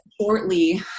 shortly